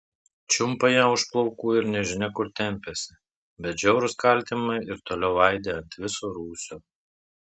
čiumpa ją už plaukų ir nežinia kur tempiasi bet žiaurūs kaltinimai ir toliau aidi ant viso rūsio